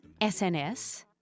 SNS